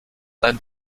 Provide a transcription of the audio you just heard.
ein